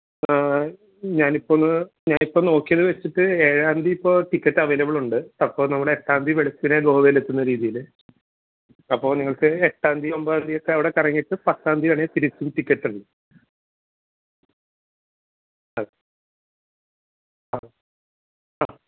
ഞാൻ ഇപ്പോൾ ഒന്ന് ഞാൻ ഇപ്പോൾ നോക്കിയത് വെച്ചിട്ട് ഏഴാം തീയതി ഇപ്പോൾ ടിക്കറ്റ് അവൈലബിൾ ഉണ്ട് അപ്പോൾ നമ്മൾ എട്ടാം തീയതി വെളുപ്പിനെ ഗോവയിൽ എത്തുന്ന രീതിയിൽ അപ്പോൾ നിങ്ങൾക്ക് എട്ടാം തീയതി ഒമ്പതാം തീയതി ഒക്കെ അവിടെ കറങ്ങിയിട്ട് പത്താം തീയതി വേണമെങ്കിൽ തിരിച്ചും ടിക്കറ്റ് ഉണ്ട് അതെ ആ ആ